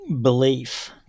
belief